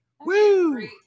Woo